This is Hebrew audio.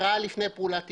התראה לפני פעולת עיקול.